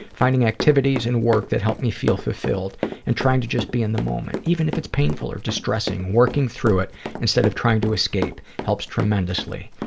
finding activities and work that help me feel fulfilled and trying to just be in the moment, even if it's painful or distressing. working through it instead of trying to escape helps tremendously.